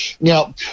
Now